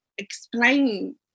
explain